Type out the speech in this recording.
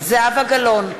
זהבה גלאון,